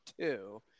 two